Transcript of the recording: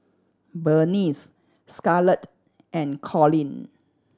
Bernice Scarlet and Colin